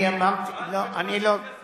רק בקואליציה שמאלנית.